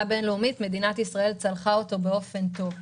בין-לאומית מדינת ישראל צלחה את המשבר באופן טוב.